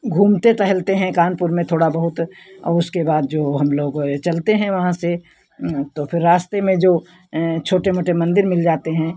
घूमते टहलते हैं कानपुर में थोड़ा बहुत और उसके बाद जो हम लोग ये चलते हैं वहाँ से तो फिर रास्ते में जो छोटे मोटे मंदिर मिल जाते हैं